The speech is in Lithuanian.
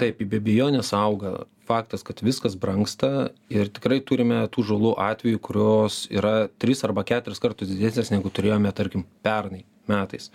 taip ji be abejonės auga faktas kad viskas brangsta ir tikrai turime tų žalų atvejų kurios yra tris arba keturis kartus didesnės negu turėjome tarkim pernai metais